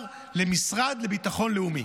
אני מציג בשם השר מהמשרד לביטחון לאומי.